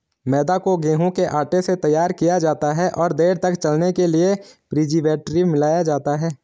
मैदा को गेंहूँ के आटे से तैयार किया जाता है और देर तक चलने के लिए प्रीजर्वेटिव मिलाया जाता है